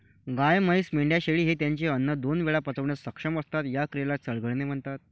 गाय, म्हैस, मेंढ्या, शेळी हे त्यांचे अन्न दोन वेळा पचवण्यास सक्षम असतात, या क्रियेला चघळणे म्हणतात